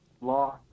Law